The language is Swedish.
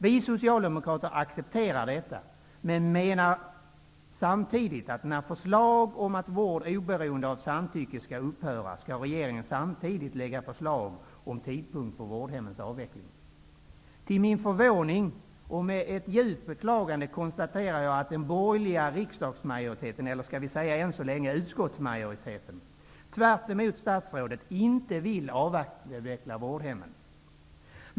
Vi socialdemokrater accepterar detta men menar att när förslag om att vård oberoende av samtycke skall upphöra skall regeringen samtidigt lägga fram förslag om tidpunkt för vårdhemmens avveckling. Till min förvåning och med djupt beklagande konstaterar jag att den borgerliga riksdagsmajoriteten -- eller kanske jag än så länge skall säga utskottsmajoriteten -- tvärt emot statsrådet inte vill avveckla vårdhemmen.